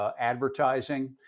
advertising